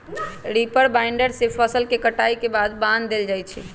reaper binder से फसल के कटाई के बाद बान देल जाई छई